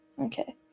Okay